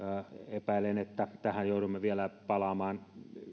epäilen että tähän joudumme vielä palaamaan